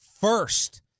first